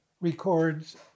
records